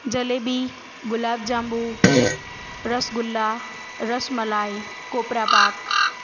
જલેબી ગુલાબ જાંબુ રસગુલ્લા રસમલાઈ ટોપરા પાક